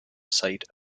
site